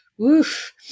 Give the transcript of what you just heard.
Oof